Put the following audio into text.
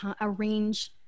arrange